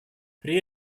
при